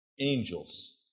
angels